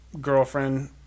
girlfriend